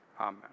Amen